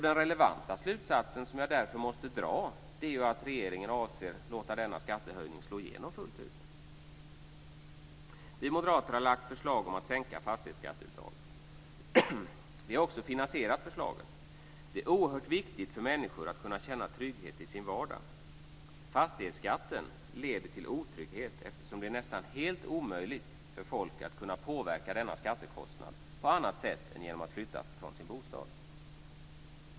Den relevanta slutsatsen jag måste dra är därför att regeringen avser att låta denna skattehöjning slå igenom fullt ut. Vi moderater har lagt fram förslag om att sänka fastighetsskatteuttaget. Vi har också finansierat detta förslag. Det är oerhört viktig för människor att kunna känna trygghet i sin vardag. Fastighetsskatten leder till otrygghet eftersom det är nästa helt omöjligt för folk att påverka denna skattekostnad på annat sätt än genom att flytta från sin bostad.